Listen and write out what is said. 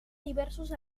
diversos